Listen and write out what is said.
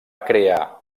crear